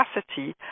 capacity